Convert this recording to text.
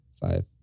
five